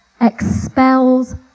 expels